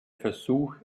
versuch